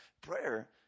Prayer